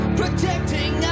protecting